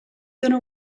going